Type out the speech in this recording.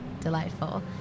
delightful